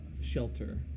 shelter